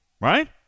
right